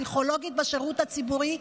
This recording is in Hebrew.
פסיכולוגית בשירות הציבורי,